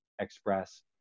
express